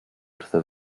wrtho